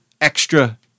extra